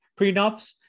prenups